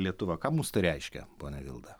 lietuva ką mums tai reiškia pone vilda